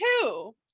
two